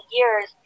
years